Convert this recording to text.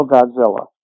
Godzilla